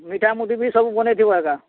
ମିଠା ମୁଠି ବି ସବୁ ବନେଇଥିବ ଏକା